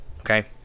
Okay